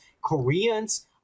Koreans